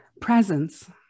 Presence